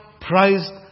prized